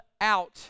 out